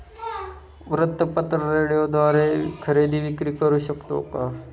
वृत्तपत्र, रेडिओद्वारे खरेदी विक्री करु शकतो का?